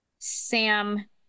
Sam